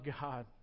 God